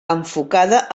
enfocada